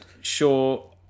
sure